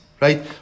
right